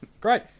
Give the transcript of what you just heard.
Great